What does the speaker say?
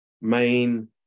main